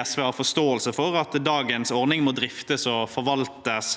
har forståelse for, at dagens ordning må driftes og forvaltes